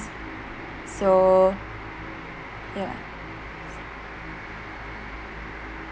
so ya